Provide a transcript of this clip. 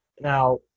Now